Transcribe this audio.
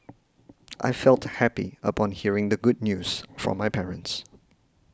I felt happy upon hearing the good news from my parents